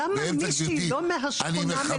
למה מישהי לא מהשכונה.